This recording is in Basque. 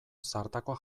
zartakoa